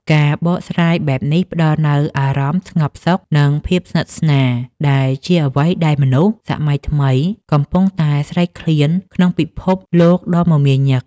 ការបកស្រាយបែបនេះផ្តល់នូវអារម្មណ៍ស្ងប់សុខ និងភាពស្និទ្ធស្នាល ដែលជាអ្វីដែលមនុស្សសម័យថ្មីកំពុងតែស្រេកឃ្លានក្នុងពិភពលោកដ៏មមាញឹក។